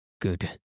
Good